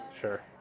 Sure